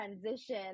transition